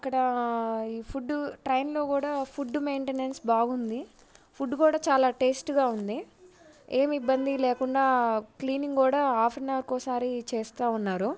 అక్కడ ఈ ఫుడ్డు ట్రైన్లో కూడా ఫుడ్డు మెయింటెనెన్స్ బాగుంది ఫుడ్డు కూడా చాలా టేస్ట్గా ఉంది ఏమి ఇబ్బంది లేకుండా క్లీనింగ్ కూడా హాఫ్ అన్ అవర్కు ఒకసారి చేస్తు ఉన్నారు